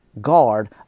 guard